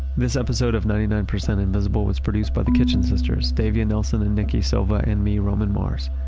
this episode of ninety nine percent invisible was produced by the kitchen sister, and davia nelson and nikki silva, and me, roman mars.